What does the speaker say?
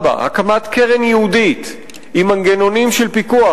4. הקמת קרן ייעודית עם מנגנונים של פיקוח,